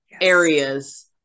areas